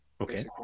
okay